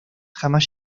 jamás